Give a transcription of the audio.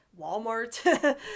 walmart